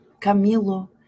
Camilo